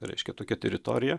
reiškia tokia teritorija